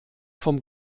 vom